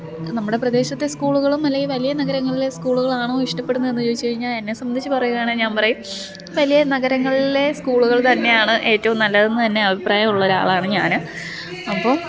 നമ്മുടെ പ്രദേശത്തെ സ്കൂളുകളും അല്ലെങ്കില് വലിയ നഗരങ്ങളിലെ സ്കൂളുകളാണോ ഇഷ്ടപ്പെടുന്നതെന്ന് ചോദിച്ച് കഴിഞ്ഞാല് എന്നെ സംബന്ധിച്ച് പറയുകയാണെൽ ഞാന് പറയും വലിയ നഗരങ്ങളിലെ സ്കൂളുകള് തന്നെയാണ് ഏറ്റവും നല്ലതെന്ന് തന്നെ അഭിപ്രായം ഉള്ള ഒരാളാണ് ഞാന് അപ്പോൾ